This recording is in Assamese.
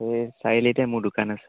এই চাৰিআলিতে মোৰ দোকান আছে